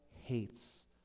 hates